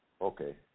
okay